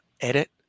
edit